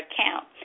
account